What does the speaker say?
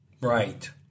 Right